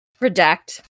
Redact